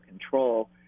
control